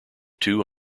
two